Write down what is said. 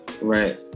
right